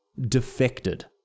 defected